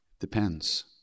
Depends